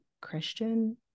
Christian